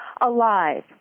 alive